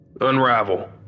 Unravel